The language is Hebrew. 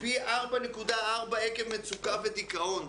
פי 4.4, עקב מצוקה ודיכאון.